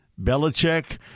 Belichick